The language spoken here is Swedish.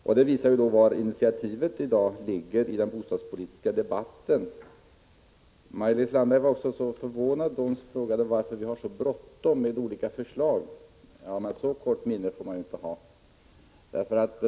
Detta visar var initiativet för närvarande ligger i den bostadspolitiska debatten. Maj-Lis Landberg var förvånad och frågade varför vi har så bråttom med olika förslag. Så kort minne får man bara inte ha!